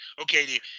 okay